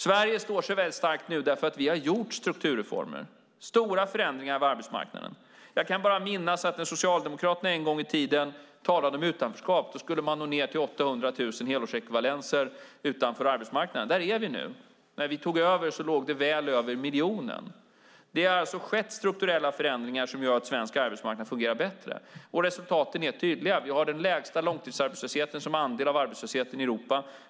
Sverige står sig väldigt starkt nu därför att vi har gjort strukturreformer, stora förändringar av arbetsmarknaden. Jag kan bara minnas att när Socialdemokraterna en gång i tiden talade om utanförskap skulle man nå ned till 800 000 helårsekvivalenser utanför arbetsmarknaden. Där är vi nu. När vi tog över låg det väl över miljonen. Det har alltså skett strukturella förändringar som gör att svensk arbetsmarknad fungerar bättre. Och resultaten är tydliga. Vi har den lägsta långtidsarbetslösheten som andel av arbetslösheten i Europa.